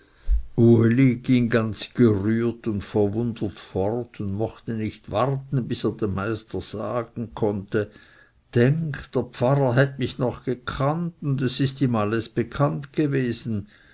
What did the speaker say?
ganz gerührt und verwundert fort und mochte nicht warten bis er dem meister sagen konnte denk dr pfarrer hat mich noch gekannt und es ist ihm alles bekannt gewesen